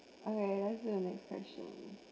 okay what's the next question